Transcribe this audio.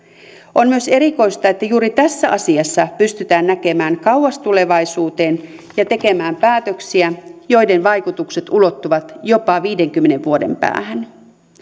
on myös erikoista että juuri tässä asiassa pystytään näkemään kauas tulevaisuuteen ja tekemään päätöksiä joiden vaikutukset ulottuvat jopa viidenkymmenen vuoden päähän